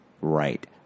right